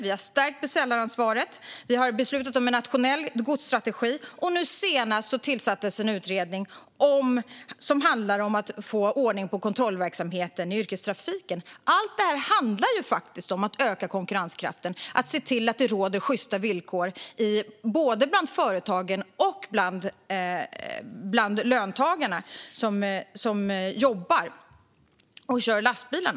Vi har stärkt beställaransvaret och beslutat om en nationell godsstrategi, och nu senast tillsattes en utredning som handlar om att få ordning på kontrollverksamheten i yrkestrafiken. Allt detta handlar faktiskt om att öka konkurrenskraften och att se till att det råder sjysta villkor både bland företagen och bland de löntagare som jobbar och kör lastbilar.